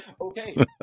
Okay